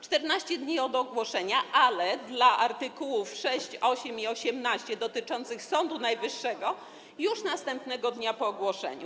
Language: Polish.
14 dni od ogłoszenia, a w przypadku art. 6, 8 i 18 dotyczących Sądu Najwyższego - już następnego dnia po ogłoszeniu.